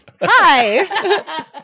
hi